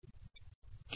Qn1 J